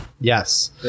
yes